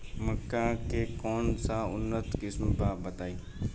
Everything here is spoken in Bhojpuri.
मक्का के कौन सा उन्नत किस्म बा बताई?